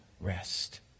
rest